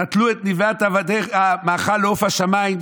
נתנו את נבלת עבדיך מאכל לעוף השמים,